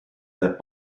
that